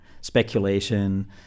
speculation